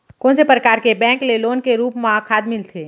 कोन से परकार के बैंक ले लोन के रूप मा खाद मिलथे?